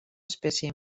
espècie